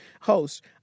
host